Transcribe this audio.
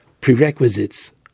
prerequisites